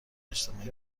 اجتماعی